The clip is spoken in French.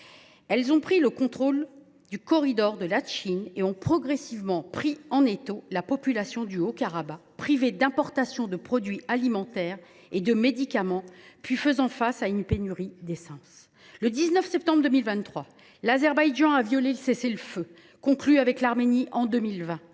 Elles ont pris le contrôle du corridor de Latchine et ont progressivement pris en étau la population du Haut Karabagh, privée d’importation de produits alimentaires et de médicaments, puis faisant face à une pénurie d’essence. Le 19 septembre 2023, l’Azerbaïdjan a violé le cessez le feu, conclu avec l’Arménie en 2020,